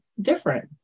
different